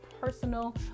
personal